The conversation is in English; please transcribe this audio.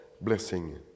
blessing